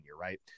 right